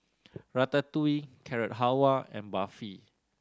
Ratatouille Carrot Halwa and Barfi